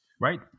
Right